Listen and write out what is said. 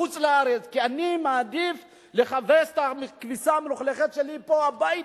כי אני מעדיף לכבס את הכביסה המלוכלכת שלי בבית.